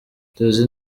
tuzi